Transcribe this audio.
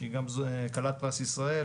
שהיא גם כלת פרס ישראל,